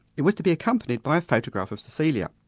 it was to be accompanied by a photograph of cecilia.